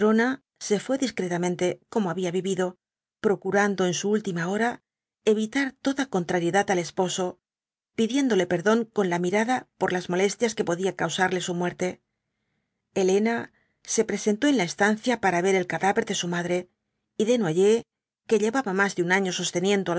se fué discretamente como había vivido procurando en bu última hora evitar toda contrariedad al esposo pidiéndole perdón con la mirada por las molestias que podía causarle su muerte elena se presentó en la estancia para ver el cadáver de su madre y desnoyers que llevaba más de un año sosteniendo á